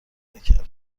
نکرده